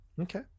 Okay